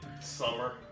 Summer